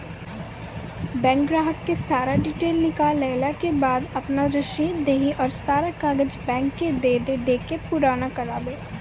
Bank ग्राहक के सारा डीटेल निकालैला के बाद आपन रसीद देहि और सारा कागज बैंक के दे के पुराना करावे?